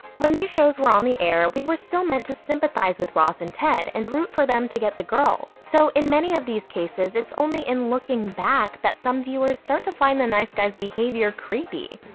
when these shows were on the air, we were still meant to sympathize with ross and ted, and root for them to get the girl. so in many of these cases, it's only in looking back that some viewers start to find the nice guy's behavior creepy.